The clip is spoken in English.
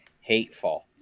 hateful